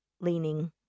leaning